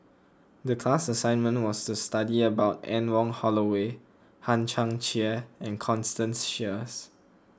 the class assignment was to study about Anne Wong Holloway Hang Chang Chieh and Constance Sheares